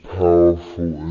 powerful